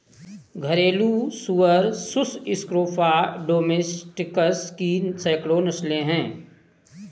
घरेलू सुअर Sus scrofa domesticus की सैकड़ों नस्लें हैं